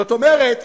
זאת אומרת,